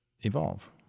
evolve